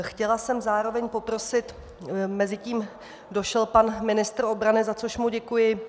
Chtěla jsem zároveň poprosit mezitím došel pan ministr obrany, za což mu děkuji.